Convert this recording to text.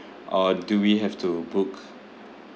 or do we have to book